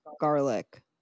garlic